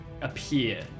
appear